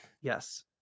Yes